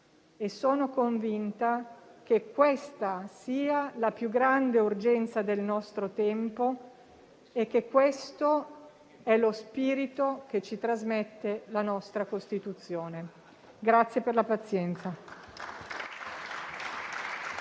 Sono convinta che questa sia la più grande urgenza del nostro tempo e che questo è lo spirito che ci trasmette la nostra Costituzione. Grazie per la pazienza.